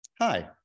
Hi